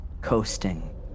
coasting